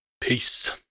Peace